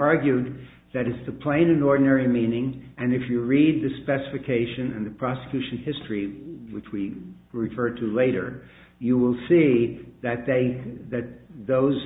argued that is the plain ordinary meaning and if you read the specifications in the prosecution history which we refer to later you will see that they that those